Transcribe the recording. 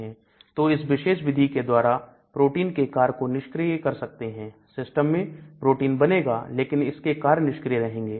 तो इस विशेष विधि के द्वारा प्रोटीन के कार्य को निष्क्रिय कर सकते हैं सिस्टम में प्रोटीन बनेगा लेकर इसके कार्य निष्क्रिय रहेंगे